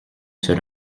seul